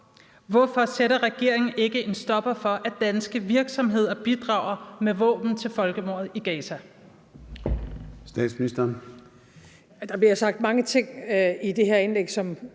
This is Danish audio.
hvorfor sætter regeringen ikke en stopper for, at danske virksomheder bidrager med våben til folkemordet i Gaza?